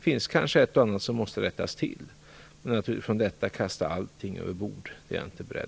Kanske måste ett och annat rättas till, men jag är inte beredd att kasta allt över bord.